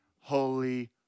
holy